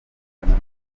bagiye